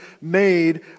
made